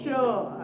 Sure